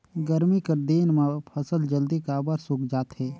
गरमी कर दिन म फसल जल्दी काबर सूख जाथे?